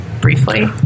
briefly